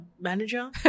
manager